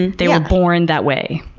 and they were born that way.